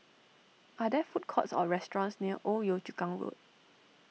are there food courts or restaurants near Old Yio Chu Kang Road